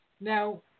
Now